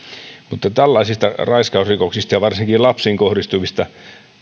mutta tällaisista raiskausrikoksista ja varsinkin lapsiin kohdistuvista